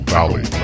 Valley